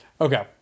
Okay